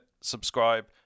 subscribe